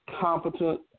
competent